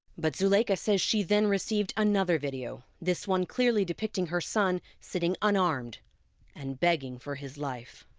but zuleica says she then received another video, this one clearly depicting her son sitting unarmed and begging for his life.